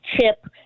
chip